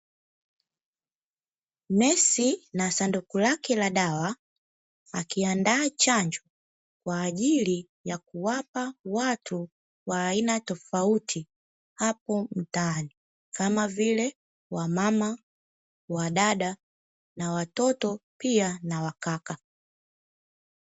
Nesi na sanduku lake la dawa akiandaa chanjo kwa ajili ya kuwapa watu wa aina tofauti hapo mtaani, kama vile; wamama, wadada na watoto pia na wakaka.